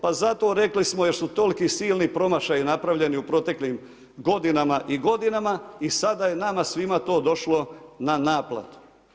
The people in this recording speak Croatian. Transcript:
Pa zato, rekli smo jer su toliki silni promašaji napravljeni u proteklim godinama i godinama i sada je nama svima to došlo na naplatu.